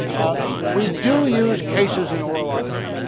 ah we do use cases in oral argument.